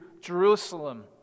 Jerusalem